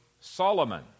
Solomon